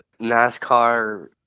NASCAR